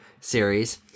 series